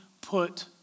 put